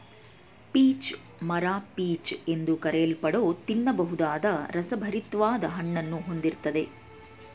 peach ಮರ peach ಎಂದು ಕರೆಯಲ್ಪಡೋ ತಿನ್ನಬಹುದಾದ ರಸಭರಿತ್ವಾದ ಹಣ್ಣನ್ನು ಹೊಂದಿರ್ತದೆ